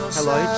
Hello